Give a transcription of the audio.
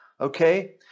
Okay